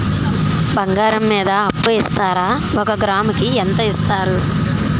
బంగారం మీద అప్పు ఇస్తారా? ఒక గ్రాము కి ఎంత ఇస్తారు?